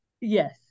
Yes